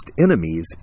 enemies